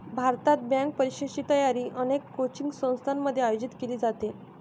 भारतात, बँक परीक्षेची तयारी अनेक कोचिंग संस्थांमध्ये आयोजित केली जाते